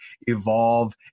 evolve